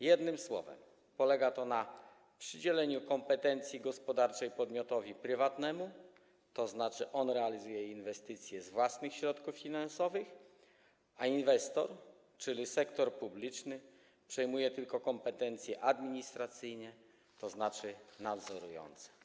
Jednym słowem polega to na przydzieleniu kompetencji gospodarczej podmiotowi prywatnemu, tzn. on realizuje inwestycje z własnych środków finansowych, a inwestor, czyli sektor publiczny, przejmuje tylko kompetencje administracyjne, tzn. nadzorujące.